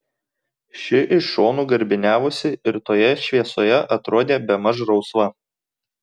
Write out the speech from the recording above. ši iš šonų garbiniavosi ir toje šviesoje atrodė bemaž rausva